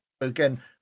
Again